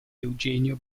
eugenio